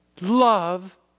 love